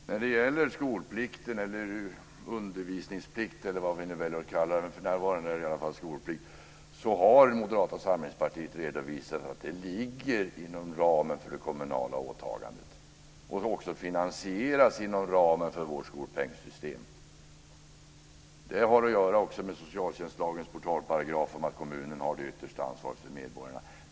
Herr talman! När det gäller skolplikten, undervisningsplikten eller vad vi väljer att kalla den, för närvarande är det i varje fall skolplikt, har Moderata samlingspartiet redovisat att den ligger inom ramen för det kommunala åtagandet och också ska finansieras inom ramen för vårt skolpengssystem. Det har också att göra med socialtjänstlagens portalparagraf om att kommunen har det yttersta ansvaret för medborgarna.